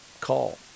call